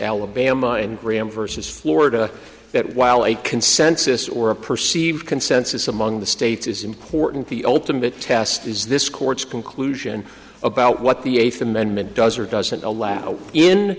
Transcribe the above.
alabama and graham versus florida that while a consensus or a perceived consensus among the states is important the ultimate test is this court's conclusion about what the eighth amendment does or doesn't allow in